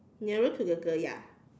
nearer to the girl ya